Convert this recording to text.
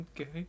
Okay